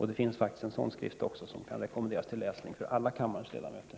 Det finns faktiskt en skrift om detta också, som rekommenderas till läsning för alla kammarens ledamöter.